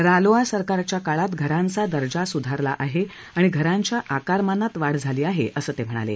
रालोआ सरकारच्या काळात घरांचा दर्जा सुधारला आहे आणि घरांच्या आकारमानात वाढ झाली आहे असं ते म्हणाले